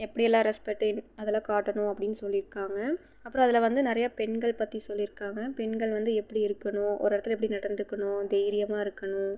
எப்படியெல்லாம் ரெஸ்பெக்டேன் அதெல்லாம் காட்டணும் அப்படின்னு சொல்லியிருக்காங்க அப்புறம் அதில் வந்து நிறையா பெண்கள் பற்றி சொல்லியிருக்காங்க பெண்கள் வந்து எப்படி இருக்கணும் ஒரு இடத்துல எப்படி நடந்துக்கணும் தைரியமாக இருக்கணும்